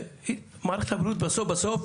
ומערכת הבריאות, בסוף